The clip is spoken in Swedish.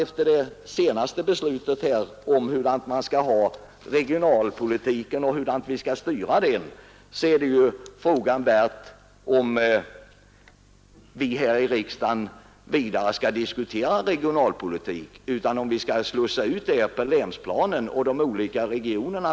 Efter det senaste beslutet om hur regionalpolitiken skall styras kan man också fråga sig, om vi här i riksdagen skall diskutera regionalpolitiska spörsmål och om de inte skall slussas ut på länsplanet för att avgöras inom de olika regionerna.